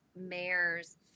mayor's